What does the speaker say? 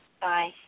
Bye